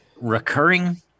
Recurring